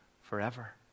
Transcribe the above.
forever